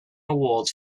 awards